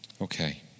Okay